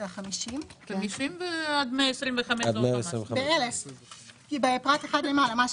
50 עד 125 --- בפרט אחד למעלה.